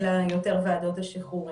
אלא יותר ועדות השחרורים.